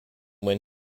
when